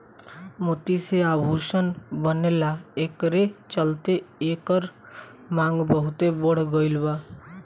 मोती से आभूषण बनेला एकरे चलते एकर मांग बहुत बढ़ गईल बा